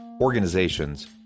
organizations